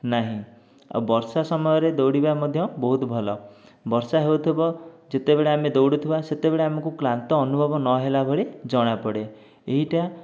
ନାହିଁ ଆଉ ବର୍ଷା ସମୟରେ ଦୌଡ଼ିବା ମଧ୍ୟ ବହୁତ ଭଲ ବର୍ଷା ହେଉଥିବ ଯେତେବେଳେ ଆମେ ଦୌଡ଼ୁଥିବା ସେତେବେଳେ ଆମକୁ କ୍ଳାନ୍ତ ଅନୁଭବ ନ ହେଲା ଭଳି ଜଣା ପଡ଼େ ଏହିଟା